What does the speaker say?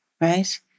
right